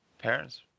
parents